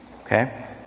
okay